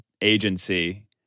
agency